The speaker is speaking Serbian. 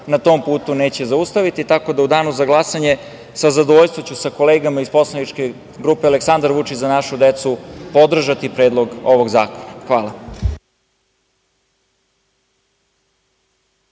na tom putu neće zaustaviti, tako da u danu za glasanje sa zadovoljstvom ću sa kolegama iz Poslaničke grupe Aleksandar Vučić – Za našu decu podržati predlog ovog zakona. Hvala.